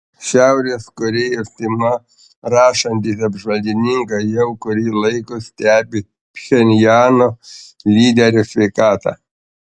šiaurės korėjos tema rašantys apžvalgininkai jau kurį laiko stebi pchenjano lyderio sveikatą